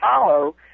follow